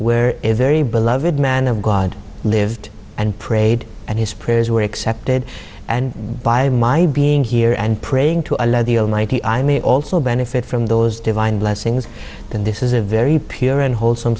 where a very beloved man of god lived and prayed and his prayers were accepted and by my being here and praying to allow the almighty i may also benefit from those divine blessings that this is a very pure and wholesome